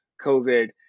COVID